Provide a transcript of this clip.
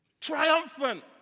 Triumphant